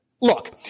Look